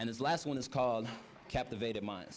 and his last one is called captivated mind